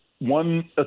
one